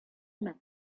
meant